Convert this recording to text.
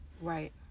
right